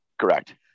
Correct